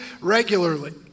regularly